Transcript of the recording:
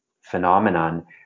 phenomenon